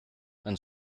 and